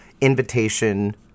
invitation